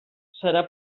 serà